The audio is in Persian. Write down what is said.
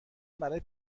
برای